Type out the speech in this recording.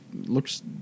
Looks